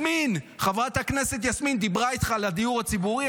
חברת הכנסת יסמין דיברה איתך על הדיור הציבורי,